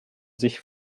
sich